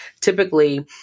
Typically